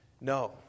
No